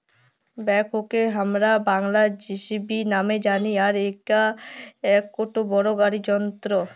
ব্যাকহোকে হামরা বাংলায় যেসিবি নামে জানি আর ইটা একটো বড় গাড়ি যন্ত্র